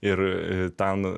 ir ten